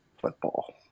football